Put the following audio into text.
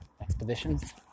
expeditions